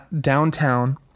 downtown